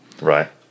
Right